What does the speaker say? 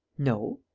no.